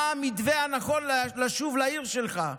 מה המתווה הנכון לשוב לעיר שלך?